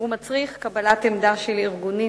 ומצריך קבלת עמדה של ארגונים